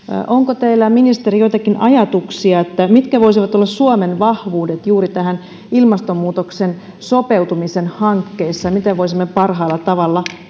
onko teillä ministeri joitakin ajatuksia siitä mitkä voisivat olla suomen vahvuudet juuri ilmastonmuutokseen sopeutumisen hankkeessa ja miten voisimme parhaalla tavalla